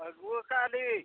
ᱟᱹᱜᱩ ᱟᱠᱟᱜᱼᱟ ᱞᱤᱧ